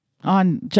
on